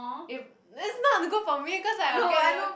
if it's not good for me cause I will get the